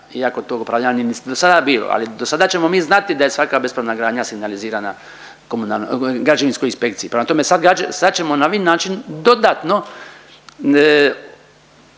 iako tog opravdanja nije ni do sada bilo ali do sada ćemo mi znati da je svaka bespravna gradnja signalizirana građevinskoj inspekciji. Prema tome sad, sad ćemo na ovaj način dodatno